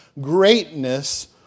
greatness